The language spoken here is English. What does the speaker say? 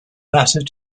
matter